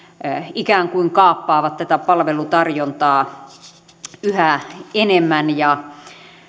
ikään kuin kaappaavat tätä palvelutarjontaa yhä enemmän ja